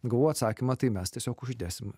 gavau atsakymą tai mes tiesiog uždėsim